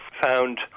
found